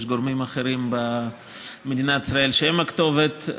יש גורמים אחרים במדינת ישראל שהם הכתובת.